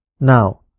Now